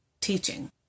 teaching